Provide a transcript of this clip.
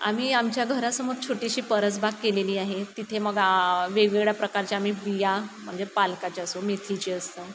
आम्ही आमच्या घरासमोर छोटीशी परसबाग केलेली आहे तिथे मग वेगवेगळ्या प्रकारच्या आम्ही बिया म्हणजे पालकाच्या असो मेथीची असो